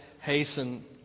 hasten